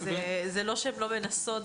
זה לא שהן לא מנסות,